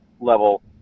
level